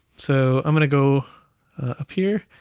so i'm gonna go up here,